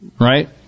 right